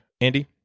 Andy